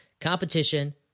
Competition